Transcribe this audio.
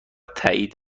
تایید